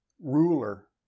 Ruler